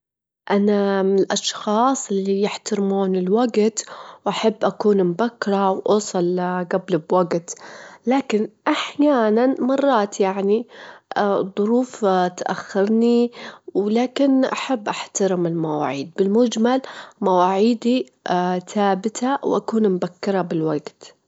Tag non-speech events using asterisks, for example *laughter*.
الاحترام أكتر أهمية من الحب، رأيي الشخصي، وأريد أجل أنه أي علاقة حب *hesitation* مهمة ولكن بدون احترام ما راح يكتمل بشكل صحي، الاحترام إهو اللي يحدد استمرارية العلاقات، يحدد مصيرها.